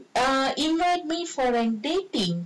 err invite me for my dating